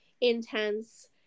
intense